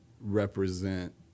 represent